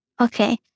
Okay